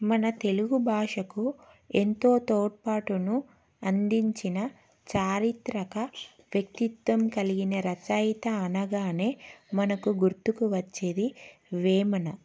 మన తెలుగు భాషకు ఎంతో తోడ్పాటును అందించిన చారిత్రక వ్యక్తిత్వం కలిగిన రచయిత అనగానే మనకు గుర్తుకు వచ్చేది వేమన